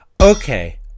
Okay